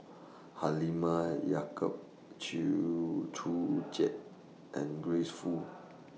Halimah Yacob Chew Joo Chiat and Grace Fu